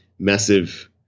Massive